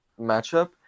matchup